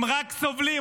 הם רק סובלים,